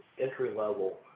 entry-level